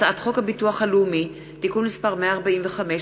הצעת חוק הביטוח הלאומי (תיקון מס' 145,